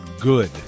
good